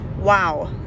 wow